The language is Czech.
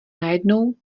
najednou